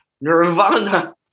nirvana